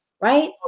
right